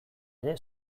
ere